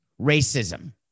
racism